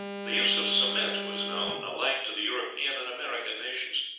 the use of cement was known alike to the european and american nations.